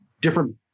different